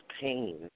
pain